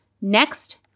next